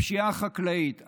הפשיעה החקלאית,